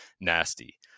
nasty